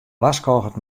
warskôget